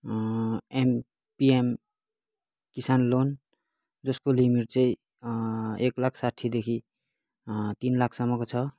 am PM Kisan loan जसको limit चाहिँ एक लाख साट्ठीदेखि तिन लाखसम्मको छ